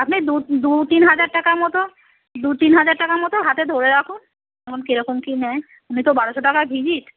আপনি দু দু তিন হাজার টাকার মতো দু তিন হাজার টাকার মতো হাতে ধরে রাখুন যেমন কেরকম কী নেয় উনি তো বারোশো টাকা ভিজিট